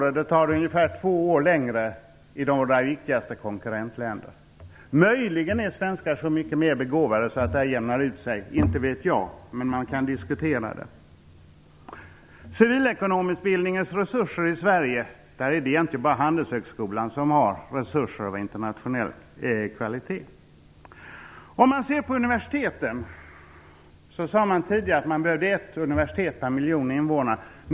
Utbildningen är ungefär två år längre i våra viktigaste konkurrentländer. Möjligen är svenskar så pass mycket mer begåvade att det här jämnar ut sig - inte vet jag - men det kan diskuteras. Sverige är det egentligen bara Handelshögskolan som har resurser av internationell storlek. Man sade tidigare att man behövde ett universitet per miljon invånare.